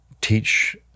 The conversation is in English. teach